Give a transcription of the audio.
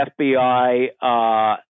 FBI